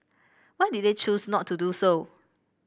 why did they choose not to do so